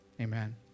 amen